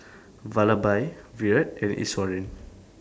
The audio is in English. Vallabhbhai Virat and Iswaran